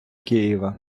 києва